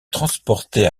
transporter